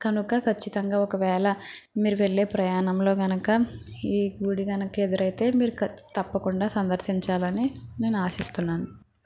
కనుక ఖచ్చితంగా ఒకవేళ మీరు వెళ్ళే ప్రయాణంలో గనుక ఈ గుడి గనుక ఎదురైతే మీరు తప్పకుండా సందర్శించాలని నేను ఆశిస్తున్నాను